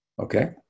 Okay